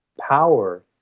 power